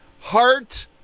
Heart